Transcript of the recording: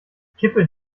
kippeln